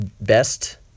best